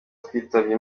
twitabye